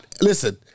listen